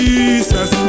Jesus